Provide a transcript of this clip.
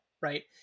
Right